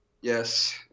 Yes